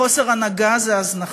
וחוסר הנהגה זה הזנחה,